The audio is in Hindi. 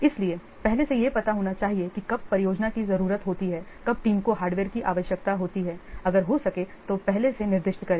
इसलिए पहले से यह पता होना चाहिए की कब परियोजना की जरूरत होती है कब टीम को हार्डवेयर की आवश्यकता होती है अगर हो सके तो पहले से निर्दिष्ट करें